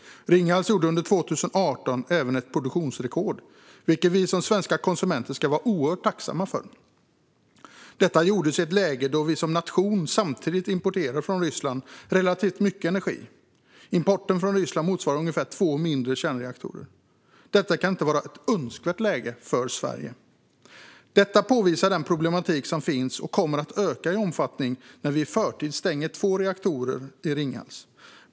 Ringhals hade under 2018 även ett produktionsrekord, vilket vi som svenska konsumenter ska vara oerhört tacksamma för. Detta var i ett läge då vi som nation samtidigt importerade relativt mycket energi från Ryssland. Importen från Ryssland motsvarade ungefär två mindre kärnreaktorer. Detta kan inte vara ett önskvärt läge för Sverige. Detta påvisar den problematik som finns, och den kommer att öka i omfattning när vi i förtid stänger två reaktorer i Ringhals.